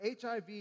HIV